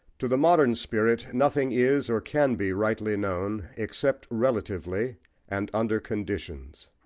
to the modern spirit nothing is, or can be rightly known, except relatively and under conditions.